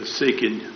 seeking